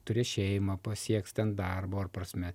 turės šeimą pasieks ten darbo ar prasme